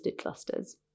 clusters